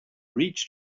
reach